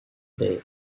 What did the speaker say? day